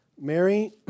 Mary